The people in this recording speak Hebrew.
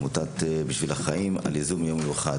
לעמותת "בשביל החיים" על היוזמה ליום המיוחד.